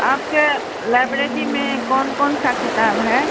आपके लाइब्रेरी में कौन कौनसा किताब है